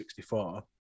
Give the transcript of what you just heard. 64